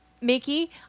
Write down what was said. Mickey